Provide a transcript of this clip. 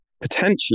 potentially